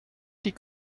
die